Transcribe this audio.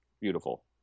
beautiful